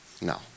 no